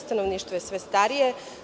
Stanovništvo je sve starije.